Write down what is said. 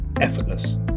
effortless